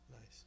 Nice